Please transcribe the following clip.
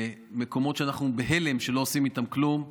ומקומות שאנחנו בהלם שלא עושים איתם כלום.